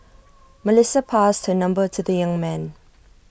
Melissa passed her number to the young man